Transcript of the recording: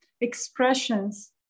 expressions